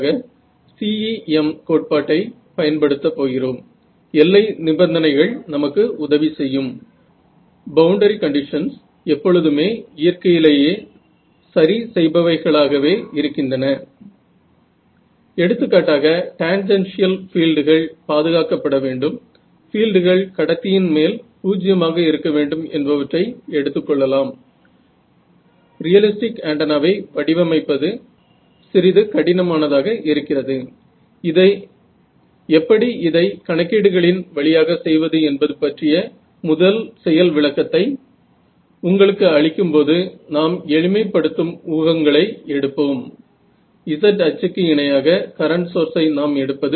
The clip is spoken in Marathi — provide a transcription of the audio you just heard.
तर ती माहिती पुरेशी नव्हती ती तिथे नव्हती फिल्ड्स बँड लिमिटेड आहेत असू देत दुसरी समस्या नॉनलिनियारटी होती बरोबर आहे